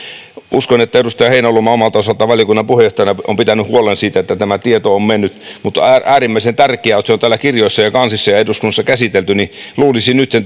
uskon että edustaja heinäluoma omalta osaltaan valiokunnan puheenjohtajana on pitänyt huolen siitä että tämä tieto on mennyt mutta on äärimmäisen tärkeää että se on täällä kirjoissa ja kansissa ja eduskunnassa käsitelty niin että luulisi nyt sen